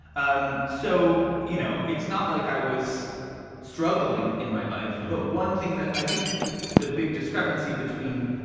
um so, you know, it's not like i was struggling in my life. but one thing that i think the big discrepancy between,